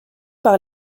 par